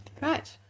Right